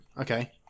Okay